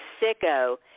sicko